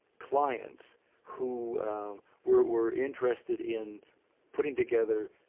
clients who were interested in putting together